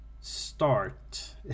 start